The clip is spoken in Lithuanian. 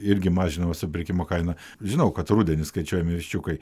irgi mažinama supirkimo kaina žinau kad rudenį skaičiuojami viščiukai